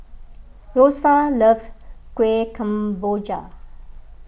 Rosa loves Kuih Kemboja